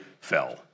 fell